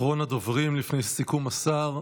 אחרון הדוברים לפני סיכום השר,